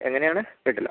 എങ്ങനെയാണ് കേട്ടില്ല